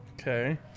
Okay